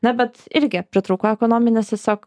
na bet irgi pritrūko ekonominės tiesiog